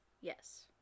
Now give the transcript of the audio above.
Yes